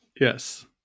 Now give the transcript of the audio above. Yes